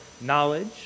knowledge